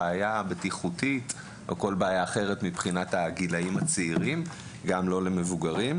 בעיה בטיחותית או כל בעיה אחרת מבחינת הגילאים הצעירים ואצל מבוגרים.